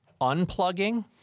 unplugging